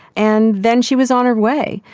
and then she was on her way.